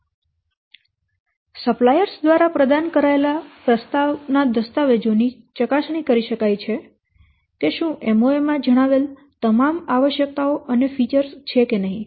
તેથી સપ્લાયર્સ દ્વારા પ્રદાન કરાયેલા પ્રસ્તાવ ના દસ્તાવેજો ની ચકાસણી કરી શકાય છે કે શું MoA માં જણાવેલ તમામ આવશ્યકતાઓ અને ફીચર્સ છે કે નહીં